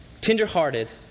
tenderhearted